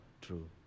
true